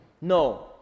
no